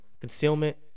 concealment